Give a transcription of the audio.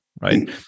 right